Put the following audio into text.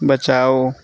बचाओ